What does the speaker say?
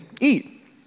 eat